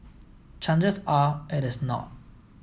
chances are it is not